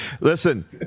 Listen